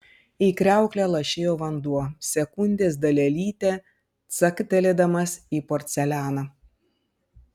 į kriauklę lašėjo vanduo sekundės dalelytę caktelėdamas į porcelianą